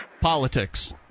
Politics